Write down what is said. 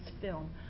film